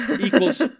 equals